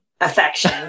affection